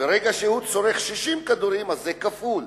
ברגע שהוא צורך 60 כדורים זה כפול,